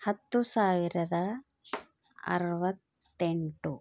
ಹತ್ತು ಸಾವಿರದ ಅರವತ್ತೆಂಟು